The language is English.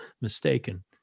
mistaken